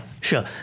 sure